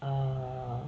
err